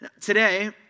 Today